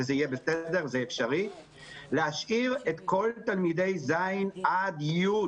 וזה יהיה אפשרי - להשאיר את כל תלמידי ז' עד י',